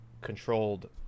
controlled